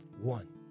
One